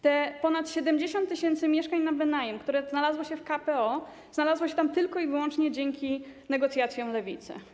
Te ponad 70 tys. mieszkań na wynajem, które znalazło się w KPO, znalazło się tam tylko i wyłącznie dzięki negocjacjom Lewicy.